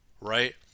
right